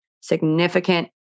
significant